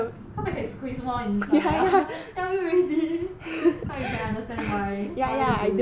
cause I can squeeze more inside I tell you already orh you can understand why why you do it